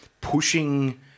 pushing